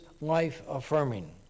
life-affirming